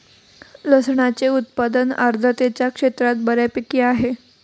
लसणाचे उत्पादन आर्द्रतेच्या क्षेत्रात बऱ्यापैकी आहे